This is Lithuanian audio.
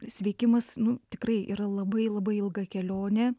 sveikimas nu tikrai yra labai labai ilga kelionė